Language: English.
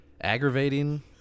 aggravating